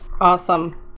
Awesome